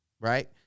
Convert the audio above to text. right